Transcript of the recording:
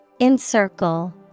Encircle